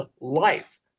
life